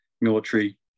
military